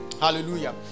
Hallelujah